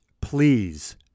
please